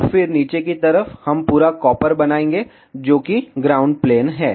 और फिर नीचे की तरफ हम पूरा कॉपर बनाएंगे जो कि ग्राउंड प्लेन है